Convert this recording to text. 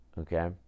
okay